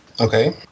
Okay